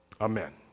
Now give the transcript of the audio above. Amen